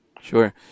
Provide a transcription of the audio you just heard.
Sure